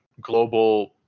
global